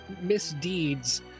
misdeeds